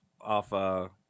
off